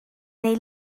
neu